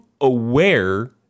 aware